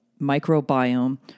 microbiome